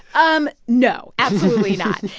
um no, absolutely not.